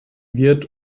wird